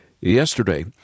Yesterday